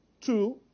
Two